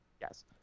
Yes